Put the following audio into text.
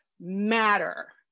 matter